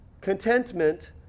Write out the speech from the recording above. contentment